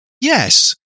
Yes